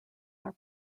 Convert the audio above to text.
are